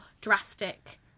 drastic